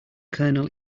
kernel